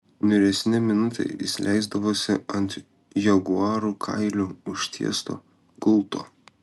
niūresnę minutę jis leisdavosi ant jaguarų kailiu užtiesto gulto